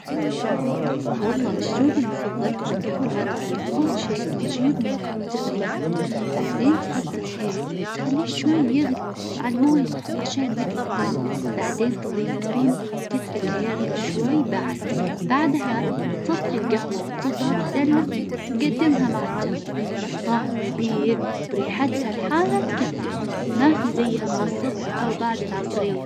والله مشروبي المفظل هو القهوة العربية. أول شي تجيب مويه وتغليها بعدين تحط الهيل وتخليه شوي يغلي مع المويه عشان يطلع طعمه، بعدين تظيف البن وتتركه يغلي شوي بعد، بعدها صفي القهوة وتصبها بالدلة تقدمها مع التمر. الطعم لذيذ وريحتها لحالها تكفي، ما في زيها مع الصبح أو بعد العصرية.